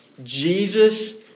Jesus